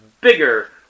bigger